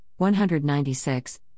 196